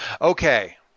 Okay